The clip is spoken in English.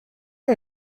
you